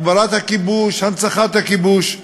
הגברת הכיבוש, הנצחת הכיבוש.